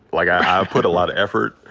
like, i put a lotta effort